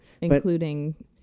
Including